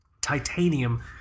titanium